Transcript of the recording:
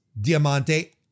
diamante